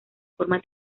forma